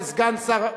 כסגן שר,